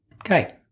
Okay